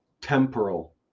temporal